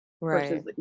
right